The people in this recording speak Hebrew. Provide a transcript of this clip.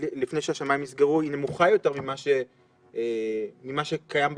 שהשמיים נסגרו נמוך יותר ממה שקיים בארץ.